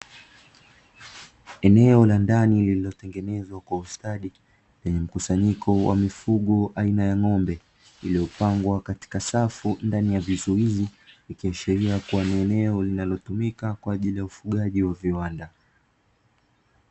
Eneo la ndani lililotengenezwa kwa ustadi, lenye mkusanyiko wa mifugo aina ya ng’ombe. Iliyopangwa katika safu ndani ya vizuizi, ikiashiria kuwa ni eneo linalotumika kwa ajili ya ufugaji wa viwanda.